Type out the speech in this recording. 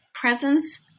presence